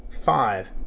five